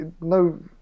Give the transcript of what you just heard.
no